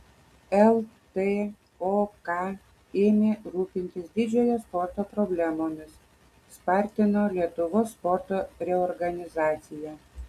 ltok ėmė rūpintis didžiojo sporto problemomis spartino lietuvos sporto reorganizaciją